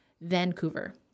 Vancouver